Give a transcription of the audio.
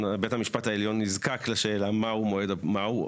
בית המשפט העליון נזקק לשאלה מהו המועד